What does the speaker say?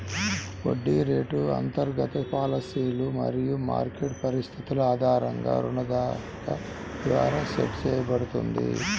వడ్డీ రేటు అంతర్గత పాలసీలు మరియు మార్కెట్ పరిస్థితుల ఆధారంగా రుణదాత ద్వారా సెట్ చేయబడుతుంది